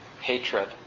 hatred